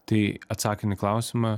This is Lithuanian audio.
tai atsakan į klausimą